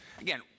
Again